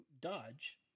dodge